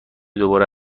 دوباره